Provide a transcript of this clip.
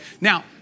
Now